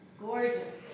Gorgeous